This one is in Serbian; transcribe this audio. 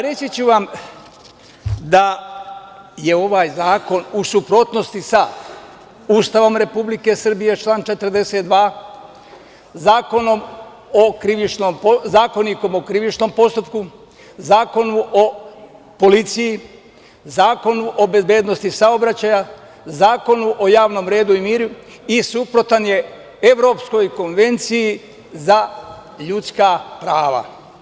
Reći ću vam da je ovaj zakon u suprotnosti sa Ustavom Republike Srbije, član 42, Zakonikom o krivičnom postupku, Zakonu o policiji, Zakonu o bezbednosti saobraćaja, Zakonu o javnom redu i miru i suprotan je Evropskoj konvenciji za ljudska prava.